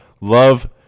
love